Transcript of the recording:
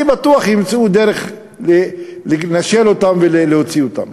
כי אני בטוח שימצאו דרך לנשל אותם ולהוציא אותם,